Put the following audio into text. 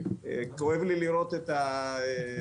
כואב לי לראות את הדונמים